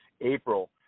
April